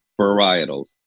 varietals